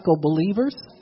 believers